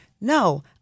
No